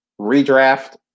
redraft